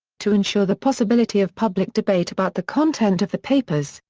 to ensure the possibility of public debate about the content of the papers,